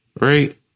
right